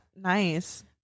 nice